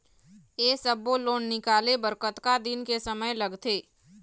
ये सब्बो लोन निकाले बर कतका दिन के समय लगथे?